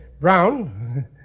brown